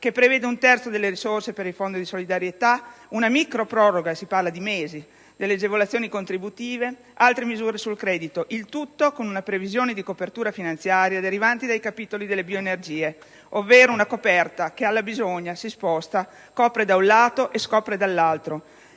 che prevede un terzo delle risorse per il Fondo di solidarietà, una microproroga (si parla di mesi) delle agevolazioni contributive ed altre misure sul credito, il tutto con una previsione di copertura finanziaria derivante dai capitoli delle bioenergie, ovvero una coperta che, alla bisogna, si sposta: copre da un lato e scopre dall'altro.